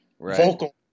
vocal